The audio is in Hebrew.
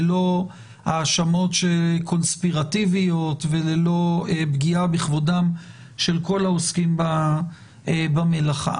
ללא האשמות קונספירטיביות וללא פגיעה בכבודם של כל העוסקים במלאכה.